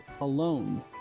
alone